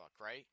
right